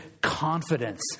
confidence